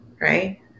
right